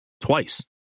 twice